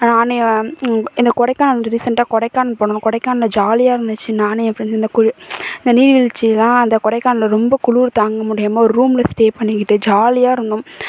ஆனால் அன்றைய இந்த கொடைக்கானல் இங்கே ரீசெண்டாக கொடைக்கானல் போனோம் கொடைக்கானலில் ஜாலியாக இருந்துச்சு நானும் என் ஃப்ரெண்ட்ஸும் இந்த குளிர் இந்த நீர் வீழ்ச்சிலாம் அந்த கொடைக்கானலில் ரொம்ப குளிரு தாங்க முடியாமல் ஒரு ரூமில் ஸ்டே பண்ணிக்கிட்டு ஜாலியாக இருந்தோம்